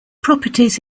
properties